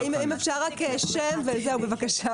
אם אפשר לציין שם ותפקיד.